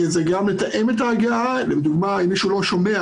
זה גם לתאם את ההגעה, לדוגמה אם מישהו שלא שומע